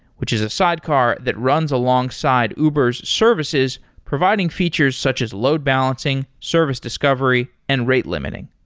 which is a sidecar that runs alongside uber s services providing features such as load balancing, service discovery and rate limiting.